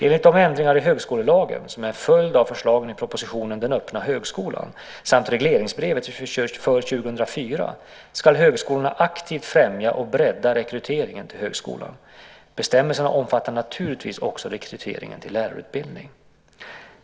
Enligt de ändringar i högskolelagen som är en följd av förslagen i propositionen Den öppna högskolan samt regleringsbrevet för 2004 ska högskolorna aktivt främja och bredda rekryteringen till högskolan. Bestämmelserna omfattar naturligtvis också rekryteringen till lärarutbildning.